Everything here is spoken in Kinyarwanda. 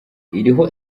iriho